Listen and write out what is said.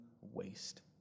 waste